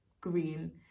green